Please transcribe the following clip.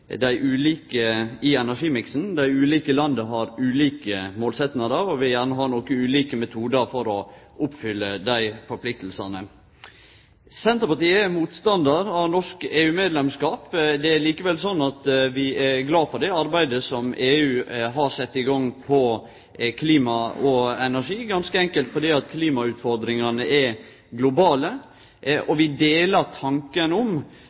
i energimiksen. Dei ulike landa har ulike målsetjingar, og vil gjerne ha ulike metodar for å oppfylle forpliktingane. Senterpartiet er motstandar av norsk EU-medlemskap. Det er likevel sånn at vi er glade for det arbeidet som EU har sett i gang med tanke på klima og energi, ganske enkelt fordi klimautfordringane er globale, og vi deler tanken om